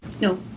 No